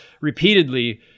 repeatedly